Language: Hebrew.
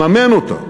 לממן אותה.